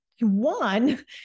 One